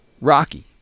Rocky